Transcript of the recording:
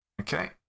Okay